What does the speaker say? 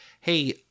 hey